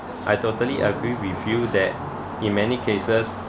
I totally agree with you that in many cases